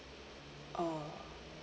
oh